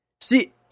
See